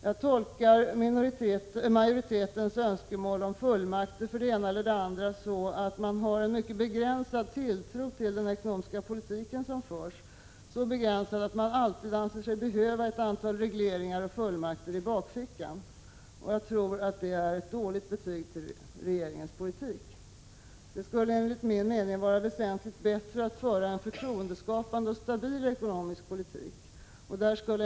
Jag tolkar denna majoritetens önskan om fullmakter för det ena eller det andra så att man har en mycket begränsad tilltro till den ekonomiska politik som förs, att man alltid anser sig behöva ett antal regleringar och fullmakter i bakfickan, och jag tror att det är ett dåligt betyg åt regeringens politik. Det skulle enligt min mening vara väsentligt bättre att föra en förtroendeskapande och stabil ekonomisk politik.